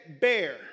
bear